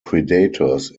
predators